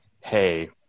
hey